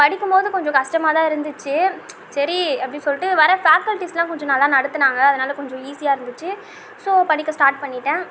படிக்கும்போது கொஞ்சம் கஷ்டமாகதாருந்துச்சி சரி அப்படின்னு சொல்லிட்டு வர ஃபேகல்ட்டிஸ்லாம் கொஞ்சம் நல்லா நடத்தினாங்க அதனால் கொஞ்சம் ஈஸியாகருந்துச்சி ஸோ படிக்க ஸ்டார்ட் பண்ணிவிட்டேன்